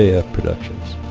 yeah productions